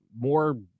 more